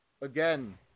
again